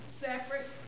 Separate